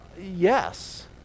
Yes